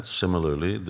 similarly